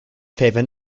favor